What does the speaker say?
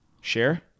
Share